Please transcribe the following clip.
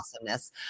awesomeness